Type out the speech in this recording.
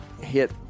hit